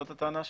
זאת הטענה שלך?